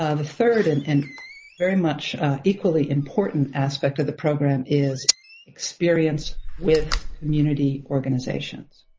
ah the third and and very much equally important aspect of the program is experience with community organizations.